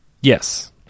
Yes